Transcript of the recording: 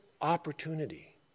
opportunity